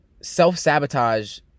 self-sabotage